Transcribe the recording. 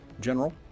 general